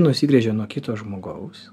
nusigręžė nuo kito žmogaus